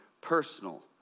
personal